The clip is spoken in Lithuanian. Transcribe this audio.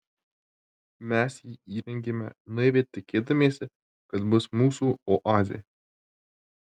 mes jį įrengėme naiviai tikėdamiesi kad bus mūsų oazė